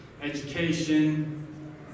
education